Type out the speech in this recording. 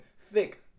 thick